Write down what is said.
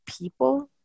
people